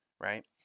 right